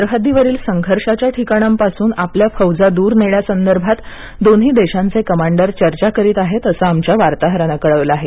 सरहद्दीवरील संघर्षांच्या ठिकाणांपासून आपल्या फौजा दूर नेण्या संदर्भात दोन्ही देशांचे कमांडर चर्चा करीत आहेत असं आमच्या वार्ताहराने कळविले आहे